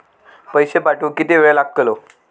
पैशे पाठवुक किती वेळ लागतलो?